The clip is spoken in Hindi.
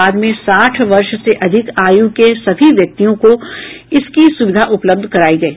बाद में साठ वर्ष से अधिक आयु के सभी व्यक्तियों को इसकी सुविधा उपलब्ध कराई गई